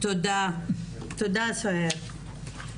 תודה סוהיר.